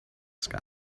sky